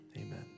amen